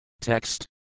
Text